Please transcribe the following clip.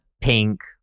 pink